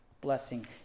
blessing